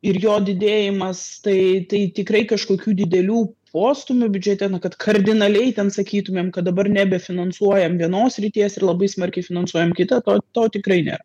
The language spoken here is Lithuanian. ir jo didėjimas tai tai tikrai kažkokių didelių postūmių biudžete na kad kardinaliai ten sakytumėm kad dabar nebefinansuojam vienos srities ir labai smarkiai finansuojam kitą to to tikrai nėra